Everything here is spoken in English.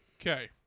Okay